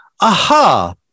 aha